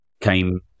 came